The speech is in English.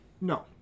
no